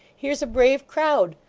here's a brave crowd!